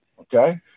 Okay